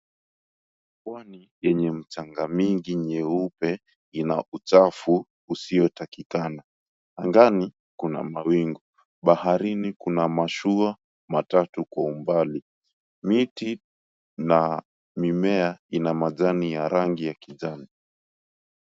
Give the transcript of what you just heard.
Pwani yenye mchanga mingi nyeupe ina uchafu usiotakikana. Angani kuna mawingu, baharini kuna mashua matatu kwa umbali. Miti na mimea ina majani ya rangi ya kijani.